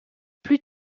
plus